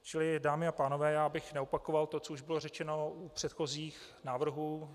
Čili dámy a pánové, já bych neopakoval to, co už bylo řečeno u předchozích návrhů.